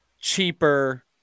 cheaper